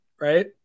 right